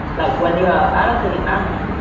like when you are allocating memory,